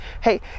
hey